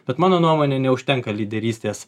bet mano nuomone neužtenka lyderystės